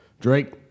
Drake